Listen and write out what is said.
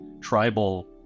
tribal